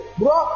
bro